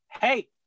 hey